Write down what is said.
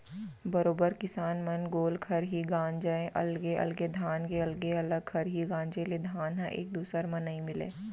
बरोबर किसान मन गोल खरही गांजय अलगे अलगे धान के अलगे अलग खरही गांजे ले धान ह एक दूसर म नइ मिलय